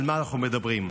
על מה אנחנו מדברים.